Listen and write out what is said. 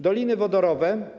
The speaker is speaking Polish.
Doliny wodorowe.